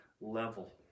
level